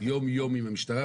יום-יום עם המשטרה.